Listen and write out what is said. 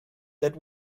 that